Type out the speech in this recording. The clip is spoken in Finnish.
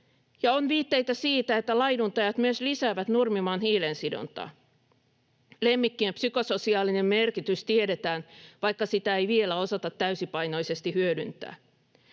on viitteitä siitä, että laiduntajat myös lisäävät nurmimaan hiilensidontaa. Lemmikkien psykososiaalinen merkitys tiedetään, vaikka sitä ei vielä osata täysipainoisesti hyödyntää.